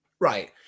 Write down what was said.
Right